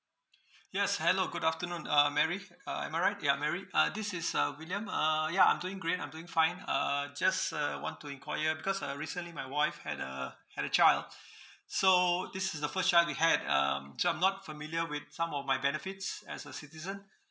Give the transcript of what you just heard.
yes hello good afternoon uh mary uh am I right you are mary ah this is uh william uh ya I'm doing great I'm doing fine uh just uh want to inquire because uh recently my wife had uh had a child so this is the first child we had um so I'm not familiar with some of my benefits as a citizen